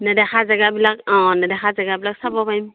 নেদেখা জেগাবিলাক অ নেদেখা জেগাবিলাক চাব পাৰিম